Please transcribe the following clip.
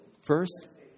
first